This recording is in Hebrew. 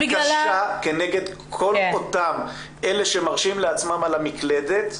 להגיש תלונה כנגד כל אותם אלה שמרשים לעצמם לכתוב במקלדת,